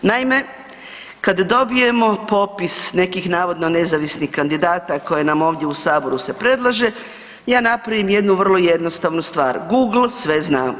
Naime, kada dobijemo popis nekih navodno nezavisnih kandidata koje nam ovdje u saboru se predlaže, ja napravim jednu vrlo jednostavnu stvar, Google sve zna.